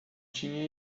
tinha